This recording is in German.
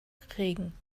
kriegen